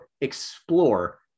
explore